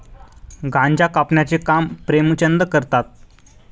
गांजा कापण्याचे काम प्रेमचंद करतात